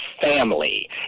family